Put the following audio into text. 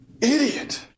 idiot